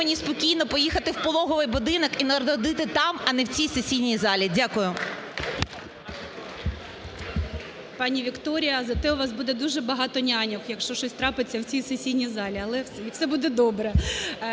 Пані Вікторія, зате у вас буде дуже багато няньок, якщо щось трапиться в цій сесійній залі. Але все буде добре.